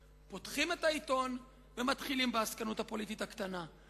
פותחים את העיתון ומתחילים בעסקנות הפוליטית הקטנה.